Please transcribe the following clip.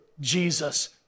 Jesus